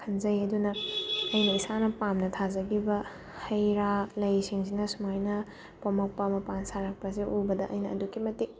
ꯈꯟꯖꯩꯌꯦ ꯑꯗꯨꯅ ꯑꯩꯅ ꯏꯁꯥꯅ ꯄꯥꯝꯅ ꯊꯥꯖꯈꯤꯕ ꯍꯩ ꯔꯥ ꯂꯩꯁꯤꯡꯁꯤꯅ ꯁꯨꯃꯥꯏꯅ ꯄꯣꯝꯃꯛꯄ ꯃꯄꯥꯟ ꯁꯥꯔꯛꯄꯁꯦ ꯎꯕꯗ ꯑꯩꯅ ꯑꯗꯨꯛꯀꯤ ꯃꯇꯤꯛ